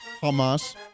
Hamas